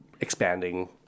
expanding